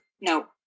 no